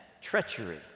treachery